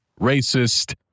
Racist